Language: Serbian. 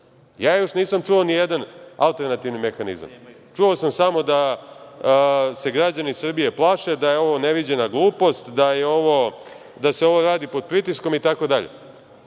još nisam čuo nijedan alternativni mehanizam. čuo sam samo da se građani Srbije plaše, da je ovo neviđena glupost, da se ovo radi pod pritiskom itd. Presuda